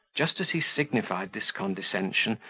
just as he signified this condescension,